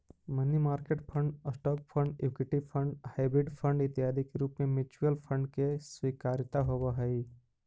money market fund, stock fund, equity fund, hybrid fund इत्यादि के रूप में म्यूचुअल फंड के स्वीकार्यता होवऽ हई